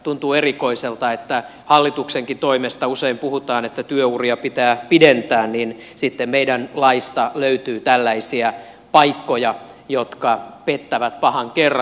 tuntuu erikoiselta kun hallituksenkin toimesta usein puhutaan että työuria pitää pidentää että sitten meidän laistamme löytyy tällaisia paikkoja jotka pettävät pahan kerran